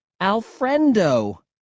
Alfredo